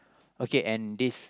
okay and this